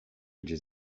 gdzieś